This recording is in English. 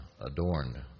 adorned